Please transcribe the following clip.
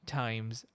times